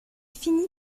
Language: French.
finit